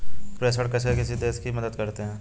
प्रेषण कैसे किसी देश की मदद करते हैं?